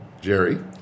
Jerry